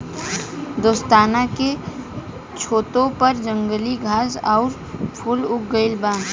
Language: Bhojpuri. दोस्तन के छतों पर जंगली घास आउर फूल उग गइल बा